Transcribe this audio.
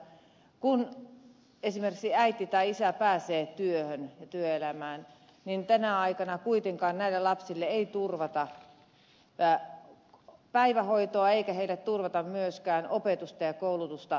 kun esimerkiksi äiti tai isä pääsee työhön ja työelämään niin tänä aikana kuitenkaan näille lapsille ei turvata päivähoitoa eikä heille turvata myöskään opetusta ja koulutusta